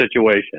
situation